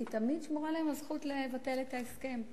כי תמיד שמורה להם הזכות לבטל את ההסכם.